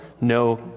no